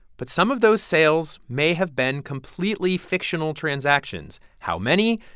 but some of those sales may have been completely fictional transactions. how many?